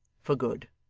for good.